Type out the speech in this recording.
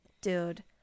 Dude